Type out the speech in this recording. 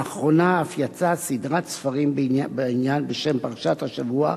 לאחרונה אף יצאה סדרת ספרים בעניין בשם "פרשת שבוע,